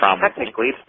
Technically